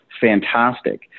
fantastic